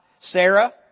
Sarah